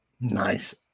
Nice